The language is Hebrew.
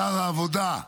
שר העבודה,